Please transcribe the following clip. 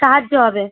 সাহায্য হবে